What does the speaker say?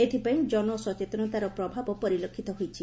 ଏଥିପାଇଁ ଜନ ସଚେତନତାର ପ୍ରଭାବ ପରିଲକ୍ଷିତ ହୋଇଛି